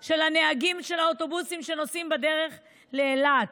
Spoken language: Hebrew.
של נהגי האוטובוסים בדרך לאילת.